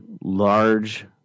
large